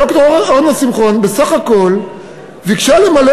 שד"ר אורנה שמחון בסך הכול ביקשה למלא